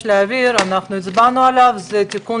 אנחנו באירוע הזה כבר